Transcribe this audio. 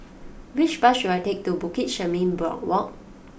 which bus should I take to Bukit Chermin Boardwalk